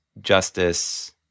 justice